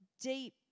deep